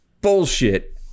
bullshit